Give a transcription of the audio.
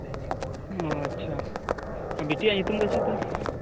ᱚ ᱟᱪᱪᱷᱟ ᱵᱤᱴᱤᱭᱟᱜ ᱧᱩᱛᱩᱢ ᱫᱚ ᱪᱮᱫ ᱛᱟᱭ